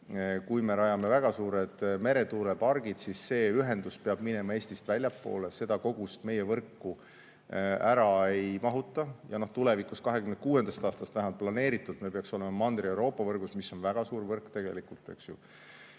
kui me rajame väga suured meretuulepargid, siis peab ühendus minema Eestist väljapoole, seda kogust meie võrku ära ei mahuta. Ja tulevikus, 2026. aastast, vähemalt nii on planeeritud, me peaksime olema Mandri-Euroopa võrgus, mis on tegelikult